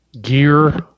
gear